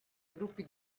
gruppi